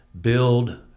build